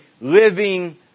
living